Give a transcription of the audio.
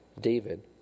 David